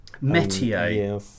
Metier